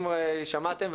אם שמעתם,